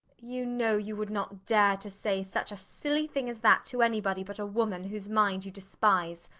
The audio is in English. you know you would not dare to say such a silly thing as that to anybody but a woman whose mind you despise.